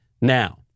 now